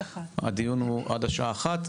הדיון הוא עד השעה 13.00,